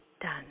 done